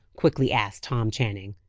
quickly asked tom channing.